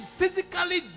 physically